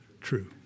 True